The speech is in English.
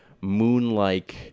moon-like